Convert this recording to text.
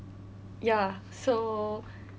ya so